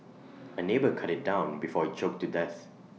A neighbour cut IT down before IT choked to death